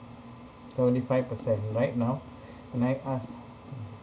seventy five percent like now can I ask mm